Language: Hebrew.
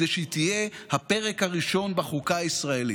כדי שהיא תהיה הפרק הראשון בחוקה הישראלית.